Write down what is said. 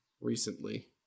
Recently